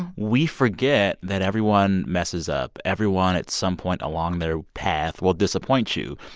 we forget that everyone messes up. everyone at some point along their path will disappoint you.